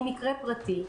היא מקרה פרטי,